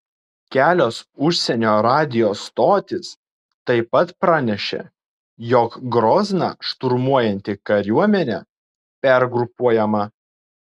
kelios užsienio radijo stotys taip pat pranešė jog grozną šturmuojanti kariuomenė pergrupuojama